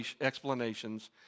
explanations